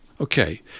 Okay